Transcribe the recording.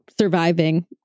surviving